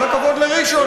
כל הכבוד לראשון.